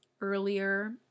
earlier